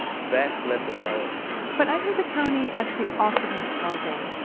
that's less a priority but i heard the county actually offered him housing.